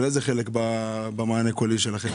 איזה חלק במענה הקולי שלכם?